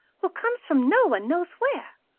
who comes from no one knows where!